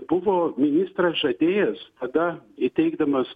buvo ministras žadėjęs tada įteikdamas